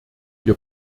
wir